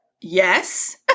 yes